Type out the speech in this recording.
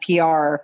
PR